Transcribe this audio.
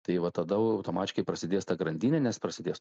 tai va tada automatiškai prasidės ta grandinė nes prasidės